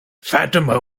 fatima